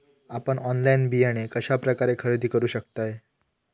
आपन ऑनलाइन बियाणे कश्या प्रकारे खरेदी करू शकतय?